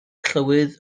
llywydd